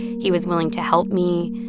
he was willing to help me.